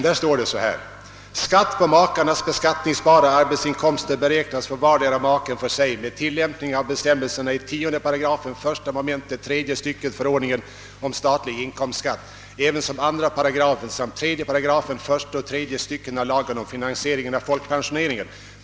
Där står: »Skatt på makarnas beskattningsbara arbetsinkomster beräknas för vardera maken för sig med tillämpning av bestämmelserna i 10 8 1 mom. tredje stycket förordningen om statlig inkomstskatt ävensom 2 § samt 3 § första och tredje styckena lagen om finansiering av folkpensioneringen.